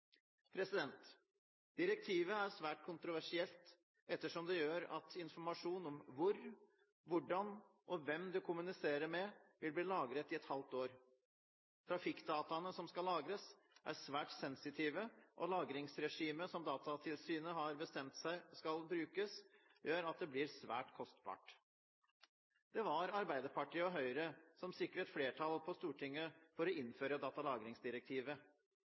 Direktivet er svært kontroversielt, ettersom det gjør at informasjon om hvor, hvordan og hvem du kommuniserer med, vil bli lagret i et halvt år. Trafikkdataene som skal lagres, er svært sensitive, og lagringsregimet som Datatilsynet har bestemt skal brukes, gjør at det blir svært kostbart. Det var Arbeiderpartiet og Høyre som sikret flertall på Stortinget for å innføre